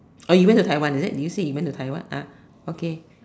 oh you went to Taiwan is it did you say you went to Taiwan uh okay